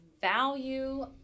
value